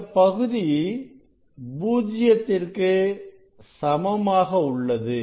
இந்தப் பகுதி பூஜ்ஜியத்திற்கு சமமாக உள்ளது